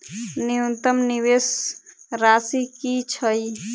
न्यूनतम निवेश राशि की छई?